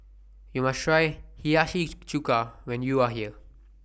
YOU must Try Hiyashi Chuka when YOU Are here